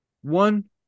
One